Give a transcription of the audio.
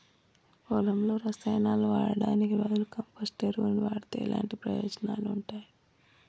పొలంలో రసాయనాలు వాడటానికి బదులుగా కంపోస్ట్ ఎరువును వాడితే ఎలాంటి ప్రయోజనాలు ఉంటాయి?